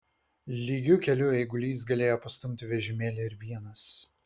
lygiu keliu eigulys galėjo pastumti vežimėlį ir vienas